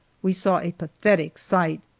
we saw a pathetic sight.